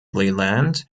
leland